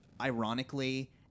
ironically